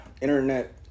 Internet